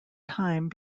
time